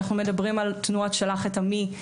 אנחנו מדברים על תנועות שלח את עמי,